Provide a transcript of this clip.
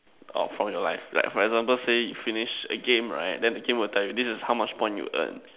orh from your life like for example say you finish a game right then the game will tell you this is how much point you earn